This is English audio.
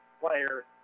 player